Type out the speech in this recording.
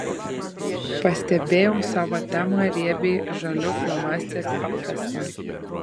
pastebėjau savo temą riebiai žaliu flomasteriu apvestą